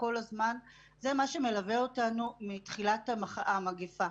כל הזמן זה מה שמלווה אותנו מתחילת המגפה.